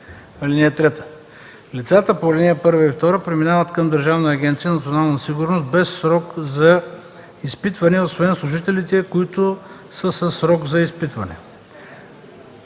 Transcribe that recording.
(3) Лицата по ал. 1 и 2 преминават към Държавна агенция „Национална сигурност” без срок за изпитване, освен служителите, които са със срок за изпитване.